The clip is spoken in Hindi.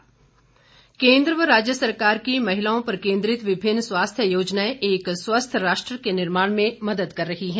महिला पोषण सशक्तिकरण केन्द्र व राज्य सरकार की महिलाओं पर केन्द्रित विभिन्न स्वास्थ्य योजनाएं एक स्वस्थ राष्ट्र के निर्माण में मदद कर रही हैं